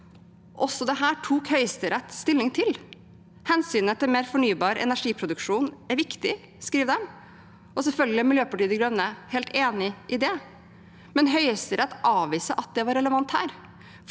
Også dette tok Høyesterett stilling til. Hensynet til mer fornybar energiproduksjon er viktig, skriver de, og selvfølgelig er Miljøpartiet De Grønne helt enig i det. Men Høyesterett avviser at det var relevant her,